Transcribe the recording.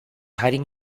hiding